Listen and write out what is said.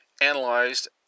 analyzed